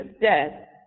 death